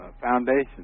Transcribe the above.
foundation